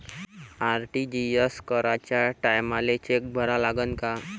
RTGS कराच्या टायमाले cheque भरा लागन का?